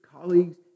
colleagues